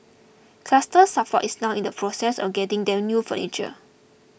Cluster Suffer is now in the process of getting them new furniture